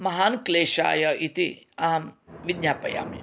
महान् क्लेशाय इति अहं विज्ञापयामि